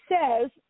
says